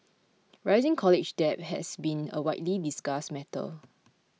rising college debt has been a widely discussed matter